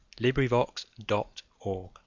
LibriVox.org